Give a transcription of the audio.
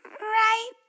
right